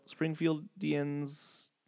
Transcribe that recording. Springfieldians